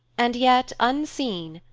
and yet, unseen,